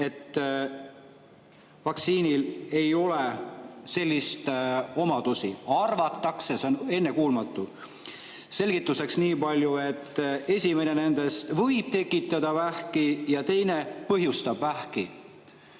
et vaktsiinidel ei ole selliseid omadusi. Arvatakse! See on ennekuulmatu! Selgituseks nii palju, et esimene nendest võib tekitada vähki ja teine põhjustab vähki. Ja